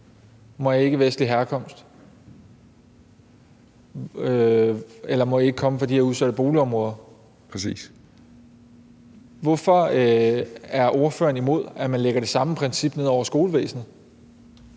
af ikkevestlig herkomst eller må komme fra de her udsatte boligområder. Hvorfor er ordføreren imod, at man lægger det samme princip ned over skolevæsenet?